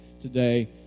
today